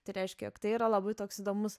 tai reiškia jog tai yra labai toks įdomus